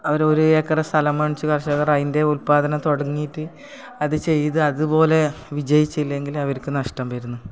അവർ ഒരു ഏക്കർ സ്ഥലം വാങ്ങിച്ച് കർഷകർ അതിൻ്റെ ഉൽപാദനം തുടങ്ങിയിട്ട് അത് ചെയ്ത് അതുപോലെ വിജയിച്ചില്ലെങ്കിൽ അവർക്ക് നഷ്ടം വരുന്നു